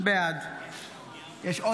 (קוראת